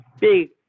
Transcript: big